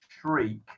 shriek